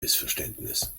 missverständnis